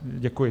Děkuji.